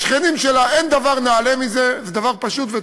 אין דבר נעלה מזה, זה דבר פשוט וטוב.